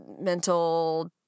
mental